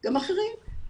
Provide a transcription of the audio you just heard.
גם אחרים,